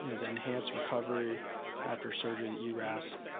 and the enhanced recovery after surgery that you asked,